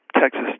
texas